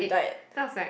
sounds like